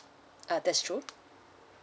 uh that's true